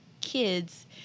kids